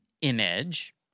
image